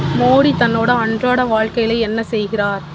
மோடி தன்னோடய அன்றாடய வாழ்க்கையில என்ன செய்கிறார்